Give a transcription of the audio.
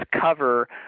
cover